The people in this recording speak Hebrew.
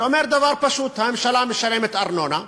שאומר דבר פשוט: הממשלה משלמת ארנונה,